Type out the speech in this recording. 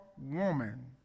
woman